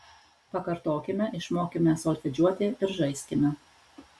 pakartokime išmokime solfedžiuoti ir žaiskime